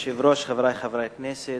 אדוני היושב-ראש, חברי חברי הכנסת,